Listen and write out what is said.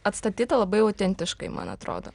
atstatyta labai autentiškai man atrodo